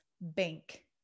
bank